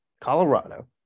Colorado